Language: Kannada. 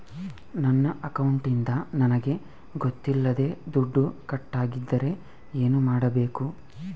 ನನ್ನ ಅಕೌಂಟಿಂದ ನನಗೆ ಗೊತ್ತಿಲ್ಲದೆ ದುಡ್ಡು ಕಟ್ಟಾಗಿದ್ದರೆ ಏನು ಮಾಡಬೇಕು?